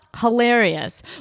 hilarious